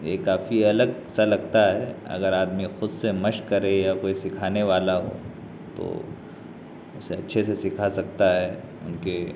یہ کافی الگ سا لگتا ہے اگر آدمی خود سے مشق کرے یا کوئی سکھانے والا ہو تو اسے اچھے سے سکھا سکتا ہے ان کے